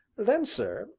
then, sir,